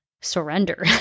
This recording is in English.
surrender